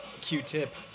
Q-tip